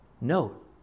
Note